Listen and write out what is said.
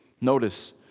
Notice